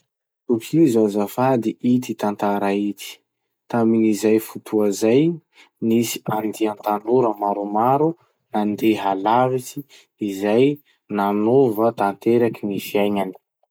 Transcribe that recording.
Tohizo azafdy ity tantara ity: tamin'izay fotoa zay, nisy andia tanora maromaro nandeha lavitsy izay nanova tanteraky ny fiainany.